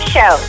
Show